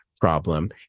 problem